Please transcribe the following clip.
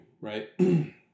right